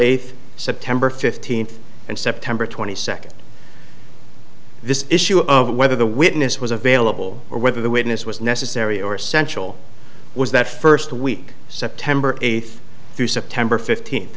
eighth september fifteenth and september twenty second this issue of whether the witness was available or whether the witness was necessary or essential was that first week september eighth through september fifteenth